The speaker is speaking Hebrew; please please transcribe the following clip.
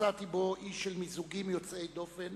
מצאתי בו איש של מיזוגים יוצאי דופן,